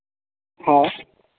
हाँ